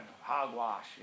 hogwash